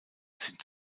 sind